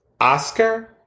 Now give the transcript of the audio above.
Oscar